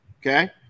Okay